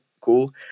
cool